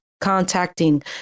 contacting